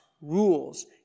rules